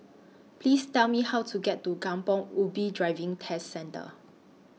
Please Tell Me How to get to Kampong Ubi Driving Test Centre